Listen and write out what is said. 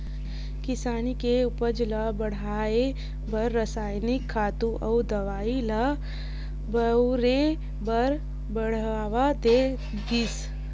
किसानी के उपज ल बड़हाए बर रसायनिक खातू अउ दवई ल बउरे बर बड़हावा दे गिस